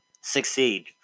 succeed